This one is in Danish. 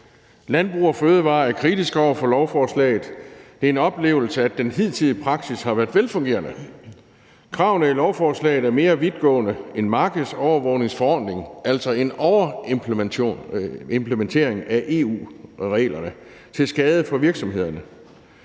Landbrug & Fødevarer er kritiske over for lovforslaget. Det er en oplevelse, at den hidtidige praksis har været velfungerende. Kravene i lovforslaget er mere vidtgående end markedsovervågningsforordningen; det er altså en overimplementering af EU-reglerne til skade for virksomhederne.